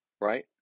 right